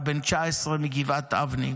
בן 46 מקיבוץ ניר עוז,